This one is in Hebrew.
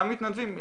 גם מתנדבים.